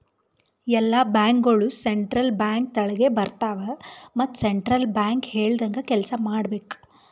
ಎಲ್ಲಾ ಬ್ಯಾಂಕ್ಗೋಳು central bank ತೆಳಗೆ ಬರ್ತಾವ ಮತ್ ಸೆಂಟ್ರಲ್ ಬ್ಯಾಂಕ್ ಹೇಳ್ದಂಗೆ ಕೆಲ್ಸಾ ಮಾಡ್ಬೇಕ್